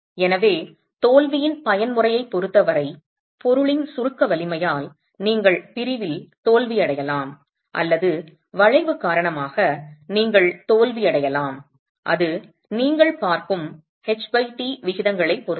எனவே தோல்வியின் பயன்முறையைப் பொறுத்தவரை பொருளின் சுருக்க வலிமையால் நீங்கள் பிரிவில் தோல்வியடையலாம் அல்லது வளைவு காரணமாக நீங்கள் தோல்வியடையலாம் அது நீங்கள் பார்க்கும் ht விகிதங்களைப் பொறுத்தது